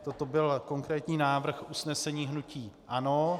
Toto byl konkrétní návrh usnesení hnutí ANO.